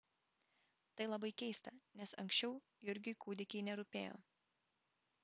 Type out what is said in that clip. tai labai keista nes anksčiau jurgiui kūdikiai nerūpėjo